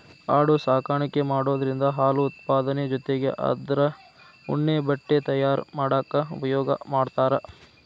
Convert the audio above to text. ಆಡು ಸಾಕಾಣಿಕೆ ಮಾಡೋದ್ರಿಂದ ಹಾಲು ಉತ್ಪಾದನೆ ಜೊತಿಗೆ ಅದ್ರ ಉಣ್ಣೆ ಬಟ್ಟೆ ತಯಾರ್ ಮಾಡಾಕ ಉಪಯೋಗ ಮಾಡ್ತಾರ